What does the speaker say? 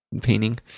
painting